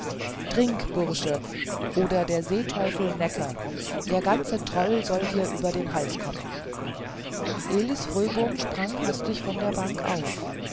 trink bursche oder der seeteufel näcken der ganze troll soll dir über den hals kommen elis fröbom sprang hastig von der bank auf